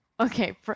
Okay